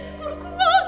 pourquoi